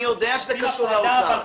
אני יודע שזה קשור לאוצר.